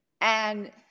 and-